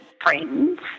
friends